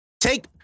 Take